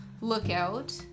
lookout